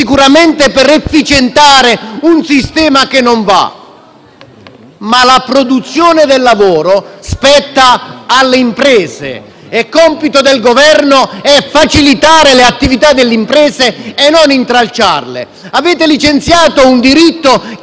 ma la produzione del lavoro spetta alle imprese. Compito del Governo è facilitare le attività delle imprese e non intralciarle. Avete approvato un decreto-legge chiamato dignità